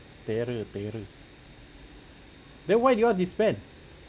tenor tenor then why did you all disband